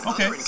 Okay